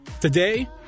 Today